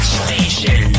station